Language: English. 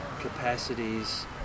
capacities